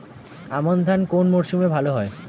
আমন ধান কোন মরশুমে ভাল হয়?